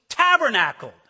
tabernacled